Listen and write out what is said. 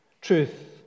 Truth